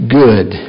good